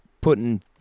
putting